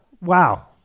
Wow